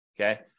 Okay